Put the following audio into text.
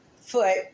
foot